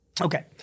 Okay